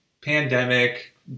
Pandemic